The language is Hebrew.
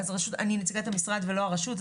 אני נציגת המשרד ולא הרשות,